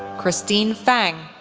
christine feng,